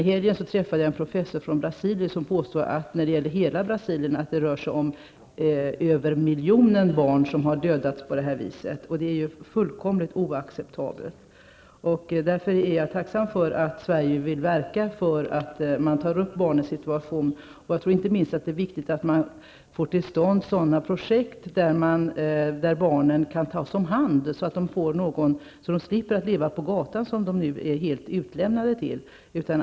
I helgen träffade jag en professor från Brasilien som påstod att det i hela Brasilien rör sig om över miljonen barn som har dödats på detta vis. Det är fullkomligt oacceptabelt. Därför är jag tacksam för att Sverige vill ta upp barnens situation. Det är inte minst viktigt att få till stånd sådana projekt där barnen kan tas om hand så att de slipper att leva på gatan som de nu är helt utlämnade till.